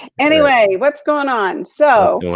anyway, what's going on. so,